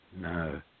no